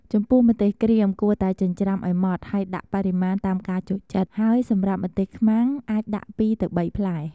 ចំពោះម្ទេសក្រៀម គួរតែចិញ្ច្រាំឱ្យម៉ដ្ឋ ហើយដាក់បរិមាណតាមការចូលចិត្ត ហើយសម្រាប់ម្ទេសខ្មាំងអាចដាក់ ២-៣ ផ្លែ។